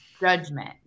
judgment